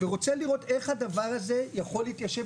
רוצה לראות איך הדבר הזה יכול להתיישב